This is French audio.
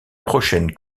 prochaine